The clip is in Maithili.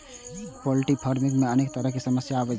पोल्ट्री फार्मिंग मे अनेक तरहक समस्या आबै छै